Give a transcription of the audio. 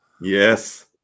yes